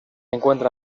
encuentra